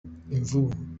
imvubu